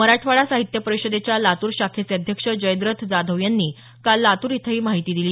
मराठवाडा साहित्य परिषदेच्या लातूर शाखेचे अध्यक्ष जयद्रथ जाधव यांनी काल लातूर इथं ही माहिती दिली